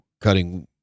cutting